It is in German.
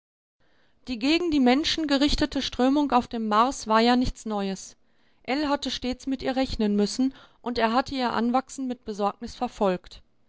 die gegen die menschen gerichtete strömung auf dem mars war ja nichts neues ell hatte stets mit ihr rechnen müssen und er hatte ihr anwachsen mit besorgnis verfolgt